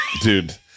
dude